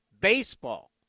Baseball